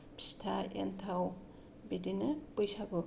फिथा एन्थाव बिदिनो बैसागु